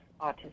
autism